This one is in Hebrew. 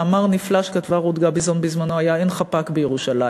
מאמר נפלא שכתבה רות גביזון בזמנה היה: "אין חפ"ק בירושלים,